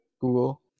Google